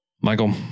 Michael